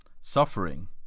suffering